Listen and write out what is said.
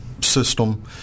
system